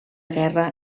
guerra